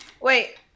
Wait